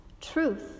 truth